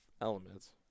elements